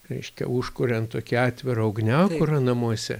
reiškia užkuriant tokį atvirą ugniakurą namuose